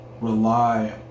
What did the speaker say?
rely